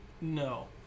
No